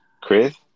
Chris